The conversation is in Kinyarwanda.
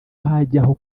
hajyaho